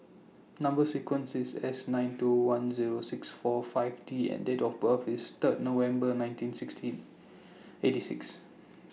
Number sequence IS S nine two one Zero six four five T and Date of birth IS Third November nineteen sixteen eighty six